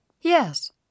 Yes